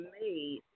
made